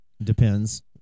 Depends